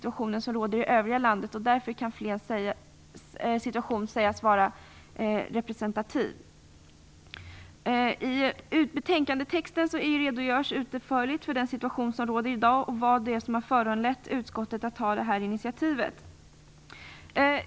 Utskottet är ju såvitt jag vet bekant med den situation som råder i övriga landet. I betänkandetexten redogörs utförligt för den situation som råder i dag och för vad det är som har föranlett utskottet att ta detta initiativ.